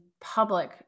public